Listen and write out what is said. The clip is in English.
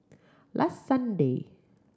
last Sunday